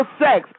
sex